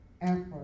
effort